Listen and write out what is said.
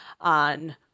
on